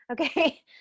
Okay